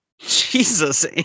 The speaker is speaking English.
Jesus